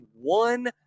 one